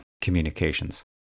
communications